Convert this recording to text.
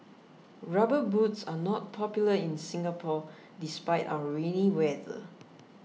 rubber boots are not popular in Singapore despite our rainy weather